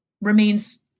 remains